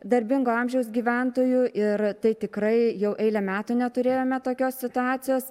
darbingo amžiaus gyventojų ir tai tikrai jau eilę metų neturėjome tokios situacijos